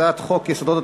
הצעת החוק תועבר